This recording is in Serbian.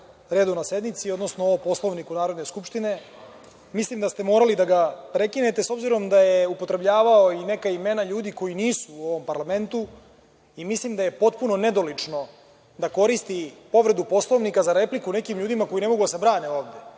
redovnoj sednici, odnosno o Poslovniku Narodne skupštine. Mislim da ste morali da ga prekinete, s obzirom da je upotrebljavao i neka imena ljudi koji nisu u ovom parlamentu i mislim da je potpuno nedolično da koristi povredu Poslovnika za repliku nekim ljudima koji ne mogu da se brane